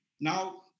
Now